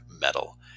metal